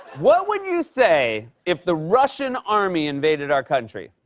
what would you say if the russian army invaded our country?